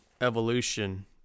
evolution